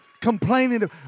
complaining